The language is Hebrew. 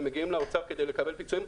הם מגיעים לאוצר כדי לקבל פיצויים,